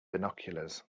binoculars